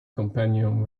companion